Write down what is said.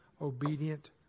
obedient